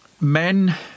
men